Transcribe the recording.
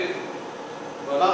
אני,